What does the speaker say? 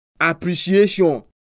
appreciation